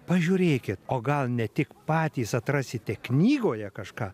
pažiūrėkit o gal ne tik patys atrasite knygoje kažką